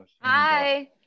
Hi